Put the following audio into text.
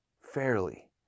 fairly